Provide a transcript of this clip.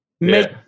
Make